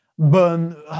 Burn